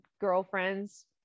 girlfriends